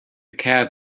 cab